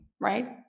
right